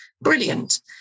brilliant